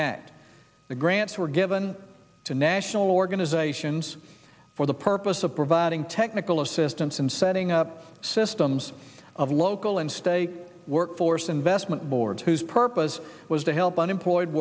act the grants were given to national organizations for the purpose of providing technical assistance in setting up systems of local and state workforce investment board whose purpose was to help unemployed